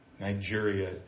Nigeria